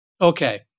Okay